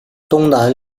东南